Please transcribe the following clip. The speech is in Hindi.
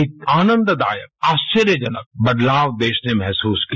एक आनंददायक आश्वर्यजनक बदलाव देश ने महसूस किया